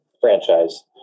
franchise